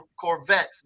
Corvette